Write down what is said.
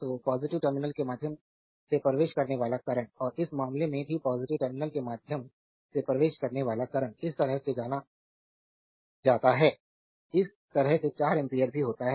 तो positive terminal के माध्यम से प्रवेश करने वाला करंट और इस मामले में भी पॉजिटिव टर्मिनल के माध्यम से प्रवेश करने वाला करंट इस तरह से जाता है इस तरह से 4 एम्पियर भी होता है